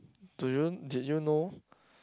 do you did you know